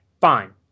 fine